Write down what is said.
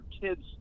kids